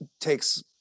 takes